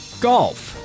Golf